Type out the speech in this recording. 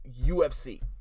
UFC